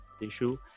issue